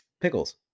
Pickles